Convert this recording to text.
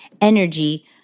energy